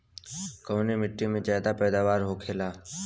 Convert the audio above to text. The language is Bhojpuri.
कवने मिट्टी में ज्यादा पैदावार होखेला?